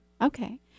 Okay